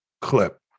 clip